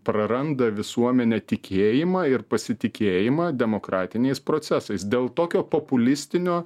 praranda visuomenė tikėjimą ir pasitikėjimą demokratiniais procesais dėl tokio populistinio